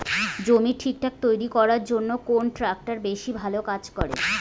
জমি ঠিকঠাক তৈরি করিবার জইন্যে কুন ট্রাক্টর বেশি ভালো কাজ করে?